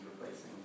replacing